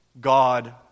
God